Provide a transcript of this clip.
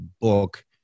book